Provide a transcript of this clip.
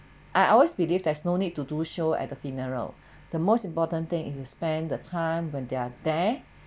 I always believe there's no need to do show at the funeral the most important thing is to spend the time when they're there